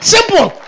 Simple